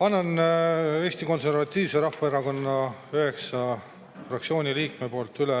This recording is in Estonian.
Annan Eesti Konservatiivse Rahvaerakonna fraktsiooni üheksa liikme poolt üle